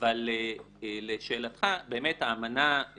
אבל לשאלתך, באמת האמנה,